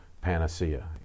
panacea